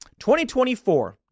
2024